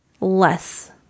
less